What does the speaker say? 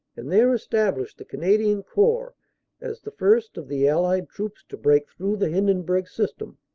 and there establish the canadian corps as the first of the allied troops to break through the hindenburg system,